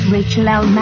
Rachel